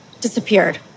disappeared